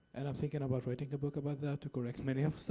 and i'm thinking about writing a book about that to correct many yeah,